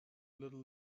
little